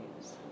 news